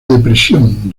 depresión